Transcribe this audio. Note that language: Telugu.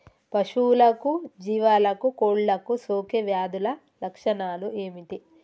పశువులకు జీవాలకు కోళ్ళకు సోకే వ్యాధుల లక్షణాలు ఏమిటి?